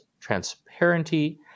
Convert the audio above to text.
transparency